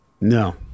No